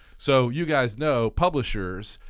so you guys know publishers,